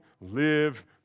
live